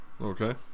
Okay